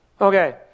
Okay